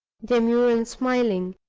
demure and smiling,